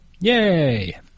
Yay